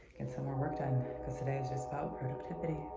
get some more work done because today is just about sort of today